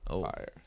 fire